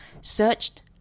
searched